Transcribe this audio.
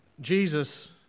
Jesus